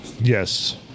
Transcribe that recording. yes